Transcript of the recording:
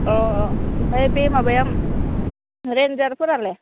अ अ ओमफ्राय बे माबाया रेन्जारफोरालाय